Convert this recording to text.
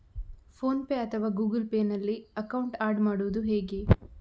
Phone pay ಅಥವಾ Google Pay ನಲ್ಲಿ account add ಮಾಡುವುದು ಹೇಗೆ?